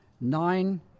nine